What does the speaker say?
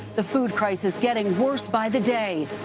the food crisis getting worse by the day.